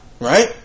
Right